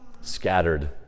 scattered